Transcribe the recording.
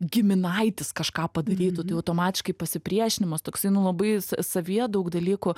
giminaitis kažką padarytų tai automatiškai pasipriešinimas toksai nu labai sa savyje daug dalykų